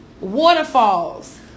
waterfalls